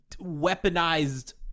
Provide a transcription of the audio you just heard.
Weaponized